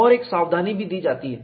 और एक सावधानी भी दी जाती है